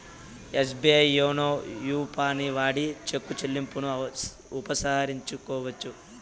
SBI YONO యాపుని వాడి cheque చెల్లింపును ఉపసంహరించుకోవచ్చు